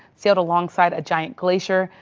sailed alongside a giant glacier,